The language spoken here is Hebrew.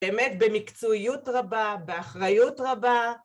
באמת במקצועיות רבה, באחריות רבה.